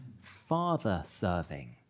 father-serving